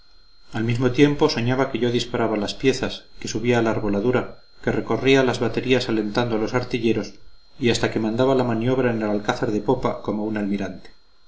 al mismo tiempo soñaba que yo disparaba las piezas que subía a la arboladura que recorría las baterías alentando a los artilleros y hasta que mandaba la maniobra en el alcázar de popa como un almirante